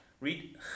Read